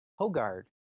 Hogard